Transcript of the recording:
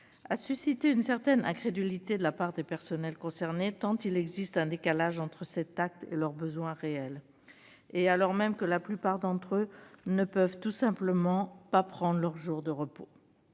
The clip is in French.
a suscité une certaine incrédulité de la part des personnels concernés tant le décalage est important entre cet acte et leurs besoins réels, alors même que la plupart d'entre eux ne peuvent tout simplement pas prendre leurs jours de repos